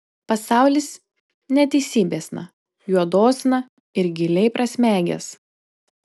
pasaulis neteisybėsna juodosna yra giliai prasmegęs